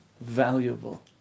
valuable